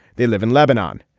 they live in lebanon.